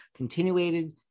continuated